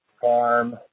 farm